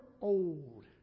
old